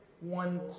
one